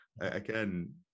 again